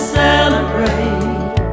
celebrate